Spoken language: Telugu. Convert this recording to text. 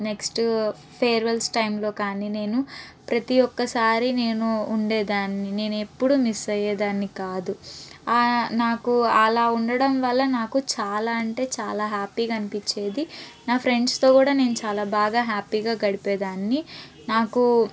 నెక్స్ట్ ఫేర్వెల్స్ టైంలో కానీ నేను ప్రతి ఒకసారి నేను ఉండేదాన్ని నేను ఎప్పుడు మిస్ అయ్యేదాన్ని కాదు నాకు అలా ఉండడం వల్ల నాకు చాలా అంటే చాలా హ్యాపీగా అనిపించేది నా ఫ్రెండ్స్తో కూడా నేను చాలా బాగా హ్యాపీగా గడిపేదాన్ని నాకు